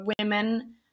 women